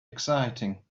exciting